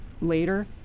later